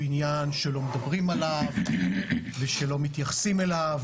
עניין שלא מדברים עליו ושלא מתייחסים אליו,